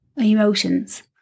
emotions